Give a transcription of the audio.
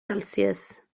celsius